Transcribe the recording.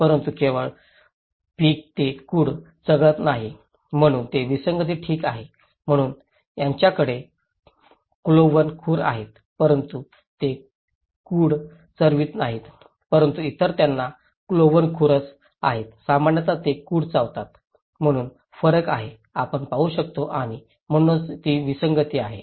परंतु केवळ डुक्कर ते कुड चघळत नाहीत म्हणूनच ते विसंगती ठीक आहेत म्हणून त्यांच्याकडे क्लोव्हन खुर आहे परंतु ते कुड चर्वत नाहीत परंतु इतर ज्यांना क्लोव्हन खुरस आहेत सामान्यतः ते कुड चवतात म्हणूनच फरक आहे आपण पाहू शकतो आणि म्हणूनच ती विसंगती आहे